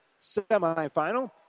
semifinal